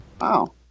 Wow